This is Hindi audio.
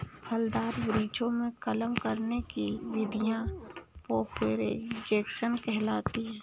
फलदार वृक्षों में कलम करने की विधियां प्रोपेगेशन कहलाती हैं